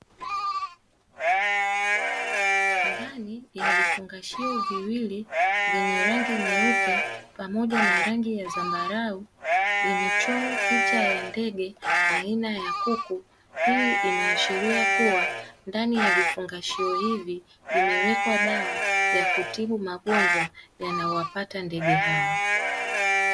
Ndani ya vifungashio viwili vyenye rangi nyeupe pamoja na rangi ya zambarau imechorwa picha ya ndege aina ya kuku. Hii inaashiria kuwa ndani ya vifungashio hivi imewekwa dawa ya kutibu magonjwa yanayowapata ndege hawa.